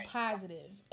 positive